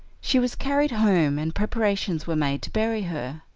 she was carried home, and preparations were made to bury her.